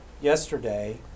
yesterday